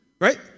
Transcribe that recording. Right